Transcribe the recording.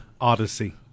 Odyssey